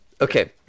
okay